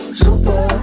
super